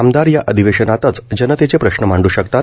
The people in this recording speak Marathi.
आमदार या अधिवेशनातच जनतेचे प्रश्न मांडू शकतात